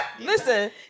Listen